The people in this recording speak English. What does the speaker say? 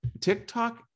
TikTok